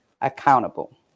accountable